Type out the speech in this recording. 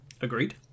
Agreed